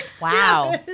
Wow